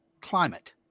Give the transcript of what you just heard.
climate